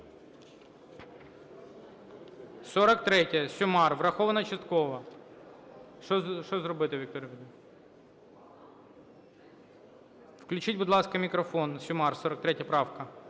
43-я, Сюмар, врахована частково. Що зробити, Вікторія? Включіть, будь ласка, мікрофон Сюмар, 43 правка.